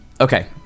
Okay